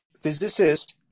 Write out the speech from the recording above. physicist